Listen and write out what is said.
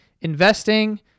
investing